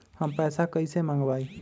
हम पैसा कईसे मंगवाई?